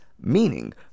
Meaning